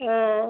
आँ